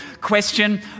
question